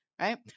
Right